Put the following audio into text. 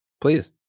please